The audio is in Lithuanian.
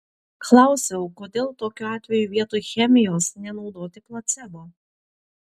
klausiau kodėl tokiu atveju vietoj chemijos nenaudoti placebo